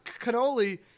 Cannoli